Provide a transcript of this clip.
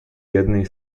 jednej